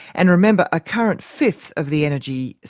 and remember a current fifth of the energy,